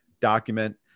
document